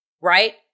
right